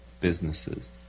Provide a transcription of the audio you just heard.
businesses